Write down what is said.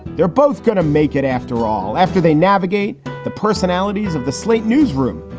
they're both going to make it, after all, after they navigate the personalities of the slate newsroom,